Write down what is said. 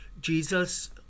Jesus